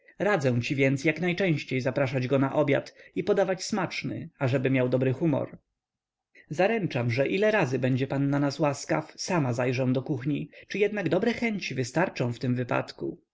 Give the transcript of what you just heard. radzę ci więc jaknajczęściej zapraszać go na obiad i podawać smaczny ażeby miał dobry humor zaręczam że ile razy będzie pan na nas łaskaw sama zajrzę do kuchni czy jednak dobre chęci wystarczą w tym wypadku